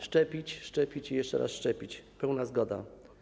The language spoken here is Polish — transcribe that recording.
Szczepić, szczepić i jeszcze raz szczepić - pełna zgoda.